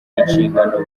inshingano